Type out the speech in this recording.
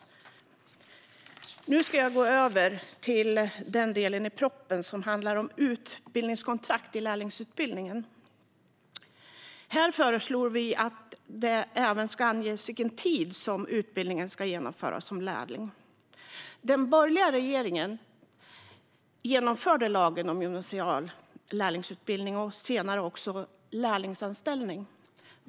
Nu ska jag gå över till att tala om den del i propositionen som handlar om utbildningskontrakt i lärlingsutbildningen. Vi föreslår att det även ska anges vilken tid utbildningen som lärling ska genomföras. Den borgerliga regeringen införde lagen om gymnasial lärlingsutbildning och senare också lagen om lärlingsanställning.